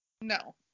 No